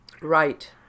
Right